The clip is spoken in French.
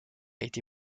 été